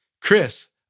Chris